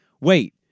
wait